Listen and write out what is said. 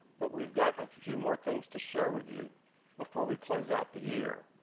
but we've got a few more things to share with you before we close out the year.